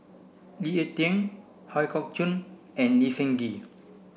Lee Ek Tieng Ooi Kok Chuen and Lee Seng Gee